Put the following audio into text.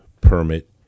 permit